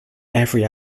every